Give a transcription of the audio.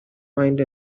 find